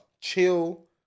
chill